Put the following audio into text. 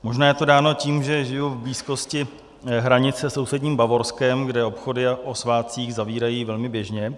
Možná je to dáno tím, že žiju v blízkosti hranice se sousedním Bavorskem, kde obchody o svátcích zavírají velmi běžně.